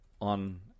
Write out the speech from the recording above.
on